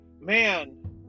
man